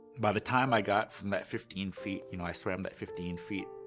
by the time i got from that fifteen feet, you know, i swam that fifteen feet,